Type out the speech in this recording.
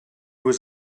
was